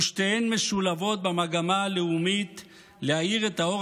ושתיהן משולבות במגמה הלאומית להאיר את האור